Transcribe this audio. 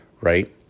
right